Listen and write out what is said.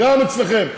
גם אצלכם,